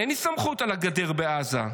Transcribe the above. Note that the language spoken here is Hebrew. אין לי סמכות על הגדר בעזה.